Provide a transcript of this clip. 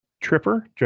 Tripper